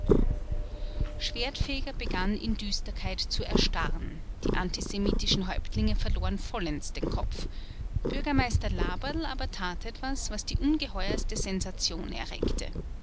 schwertfeger begann in düsterkeit zu erstarren die antisemitischen häuptlinge verloren vollends den kopf bürgermeister laberl aber tat etwas was die ungeheuerste sensation erregte